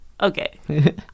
Okay